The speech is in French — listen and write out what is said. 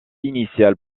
initial